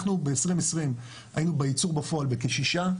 אנחנו ב-2020 היינו בייצור בפועל בכ-6%,